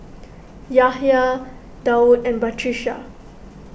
Yahya Daud and Batrisya